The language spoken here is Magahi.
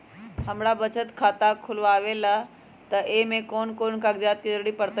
हमरा बचत खाता खुलावेला है त ए में कौन कौन कागजात के जरूरी परतई?